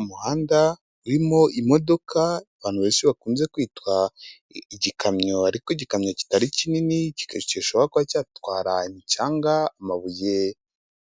Umuhanda urimo imodoka abantu benshi bakunze kwitwa igikamyo ariko igikamyo kitari kinini kicisha kuba cyatwa cyangwa amabuye